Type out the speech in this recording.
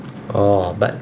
orh but